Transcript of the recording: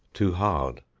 too hard,